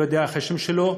לא יודע איך השם שלו.